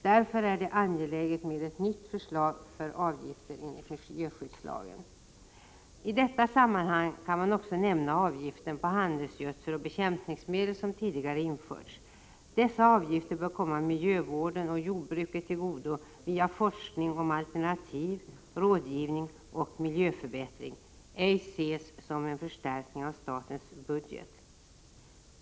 Därför är det angeläget med ett nytt förslag till avgifter enligt miljöskyddslagen. I detta sammanhang kan man också nämna avgiften på handelsgödsel och bekämpningsmedel som tidigare införts. Dessa avgifter bör komma miljövården och jordbruket till godo via forskning om alternativ, rådgivning och miljöförbättring och inte ses som en förstärkning av statens budget.